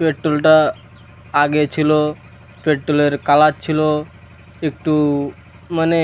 পেট্রোলটা আগে ছিল পেট্রোলের কালার ছিল একটু মানে